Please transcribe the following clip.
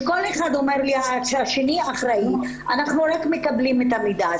שכל אחד אומר לי שהשני אחראי וכי אנחנו רק מקבלים את המידע.